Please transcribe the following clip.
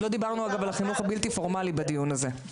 לא דיברנו אגב על החינוך הבלתי פורמלי בדיון הזה,